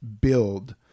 build